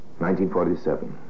1947